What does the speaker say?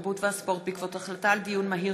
התרבות והספורט בעקבות דיון מהיר